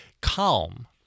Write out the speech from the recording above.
Calm